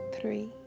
three